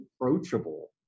approachable